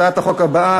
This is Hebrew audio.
הצעת החוק הבאה,